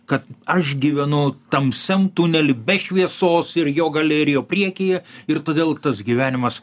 kad aš gyvenu tamsiam tunely be šviesos ir jo gale ir jo priekyje ir todėl tas gyvenimas